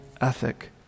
ethic